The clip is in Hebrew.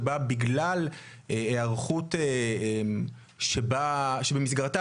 שבה בגלל הערכות שבמסגרתה,